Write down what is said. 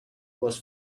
was